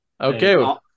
Okay